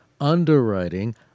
underwriting